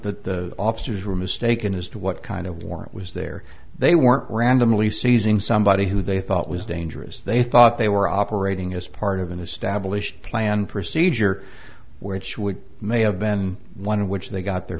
that the officers were mistaken as to what kind of warrant was there they weren't randomly seizing somebody who they thought was dangerous they thought they were operating as part of an established plan procedure where it should may have been one in which they got their